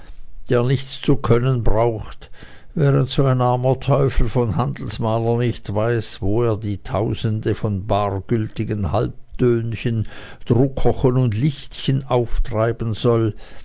der nichts zu können braucht während so ein armer teufel von handelsmaler nicht weiß wo er die tausende von bargültigen halbtönchen druckerchen und lichtchen auftreiben soll